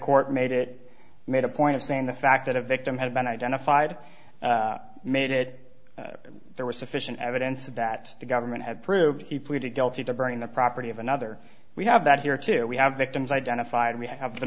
court made it made a point of saying the fact that a victim had been identified made it there was sufficient evidence that the government had proved he pleaded guilty to bring the property of another we have that here too we have victims identified we have the